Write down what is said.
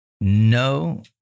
no